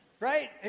Right